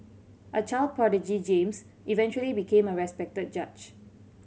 a child prodigy James eventually became a respected judge